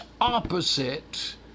opposite